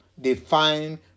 Define